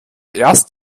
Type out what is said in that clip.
erst